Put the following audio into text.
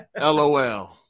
lol